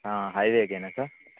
హైవేకేనా sir